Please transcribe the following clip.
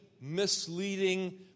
misleading